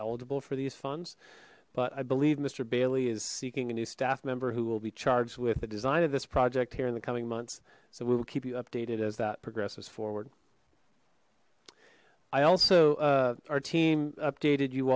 eligible for these funds but i believe mister bailey is seeking a new staff member who will be charged with the design of this project here in the coming months so we will keep you updated as that progresses forward i also our team updated you